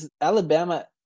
Alabama